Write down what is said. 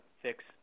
fix